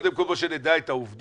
קודם כל שנדע את העובדות,